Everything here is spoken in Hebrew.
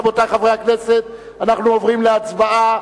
רבותי חברי הכנסת, אנחנו עוברים להצבעה.